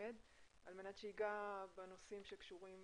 ומלמד על מנת שייגע בנושאים שקשורים